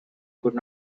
could